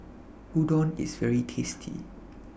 Udon IS very tasty